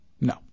No